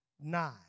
nine